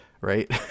right